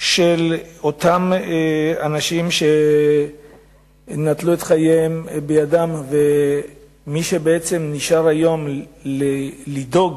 של אותם אנשים שנטלו את חייהם בידם ומי שנשאר היום לדאוג